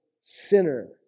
sinner